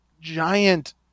giant